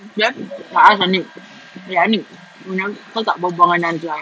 then I asked aniq eh aniq kau tak berbual dengan najilah